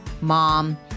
mom